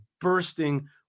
bursting